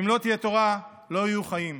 ואם לא תהיה תורה, לא יהיו חיים.